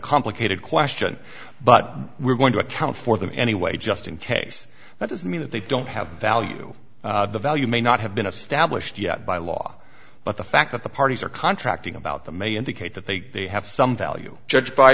complicated question but we're going to account for them anyway just in case that doesn't mean that they don't have value the value may not have been established yet by law but the fact that the parties are contracting about that may indicate that they may have some value judged by